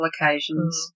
occasions